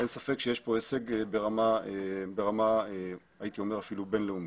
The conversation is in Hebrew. אין ספק שיש פה הישג ברמה אפילו בין לאומית.